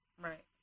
Right